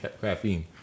caffeine